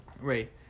Right